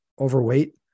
overweight